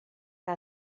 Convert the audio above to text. que